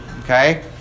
Okay